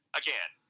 again